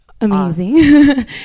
amazing